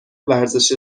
ورزش